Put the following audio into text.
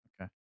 Okay